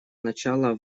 начала